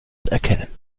erkennen